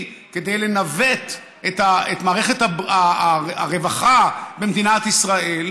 לניווט מערכת הרווחה במדינת ישראל,